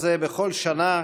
63,